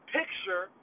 picture